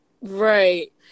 Right